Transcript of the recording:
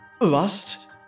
Lust